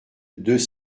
deux